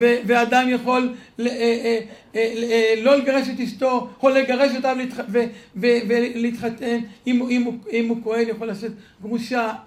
‫והאדם יכול לא לגרש את אשתו, ‫יכול לגרש אותה ולהתחתן. ‫אם הוא כהן, יכול לשאת ‫גרושה.